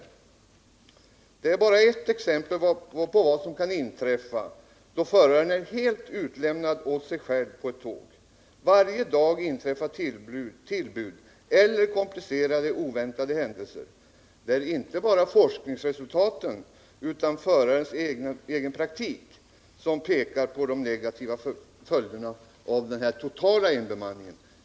Detta är bara ett exempel på vad som kan inträffa då föraren är helt utlämnad åt sig själv på ett tåg. Varje dag inträffar tillbud eller komplicerade oväntade händelser. Det är alltså inte bara forskningsresultat utan även förarnas egen praktik som pekar på de negativa följderna av den totala enbemanningen.